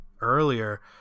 earlier